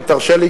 אם תרשה לי,